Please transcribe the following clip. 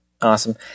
Awesome